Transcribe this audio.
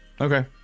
Okay